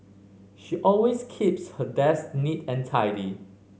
she always keeps her desk neat and tidy